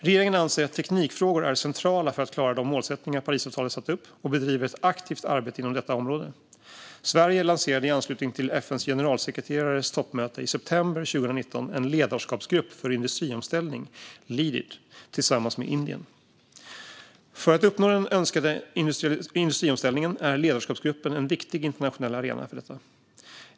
Regeringen anser att teknikfrågor är centrala för att klara de målsättningar Parisavtalet satt upp och bedriver ett aktivt arbete inom detta område. Sverige lanserade i anslutning till FN:s generalsekreterares toppmöte i september 2019 en ledarskapsgrupp för industriomställning, Leadit, tillsammans med Indien. För att uppnå den önskade industriomställningen är ledarskapsgruppen en viktig internationell arena.